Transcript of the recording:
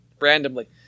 Randomly